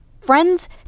Friends